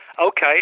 okay